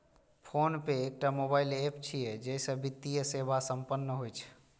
PhonePe एकटा mobile app छियै, जइसे वित्तीय सेवा संपन्न होइ छै